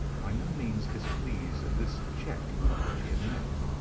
by no means displeased at this check which he had met.